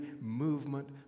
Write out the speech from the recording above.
movement